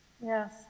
Yes